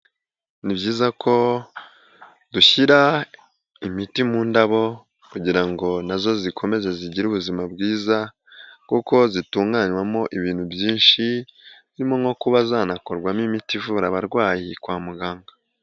Ni byiza ko dushyira imiti mu ndabo kugira ngo na zo zikomeze zigire ubuzima bwiza kuko zitunganywamo ibintu byinshi harimo nko kuba zanakorwamo imiti ivura abarwayi kwa muganga.